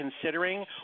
considering